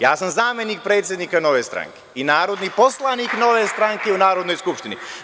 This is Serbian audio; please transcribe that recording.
Ja sam zamenik predsednika Nove stranke i narodni poslanik Nove stranke u Narodnoj skupštini.